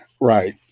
right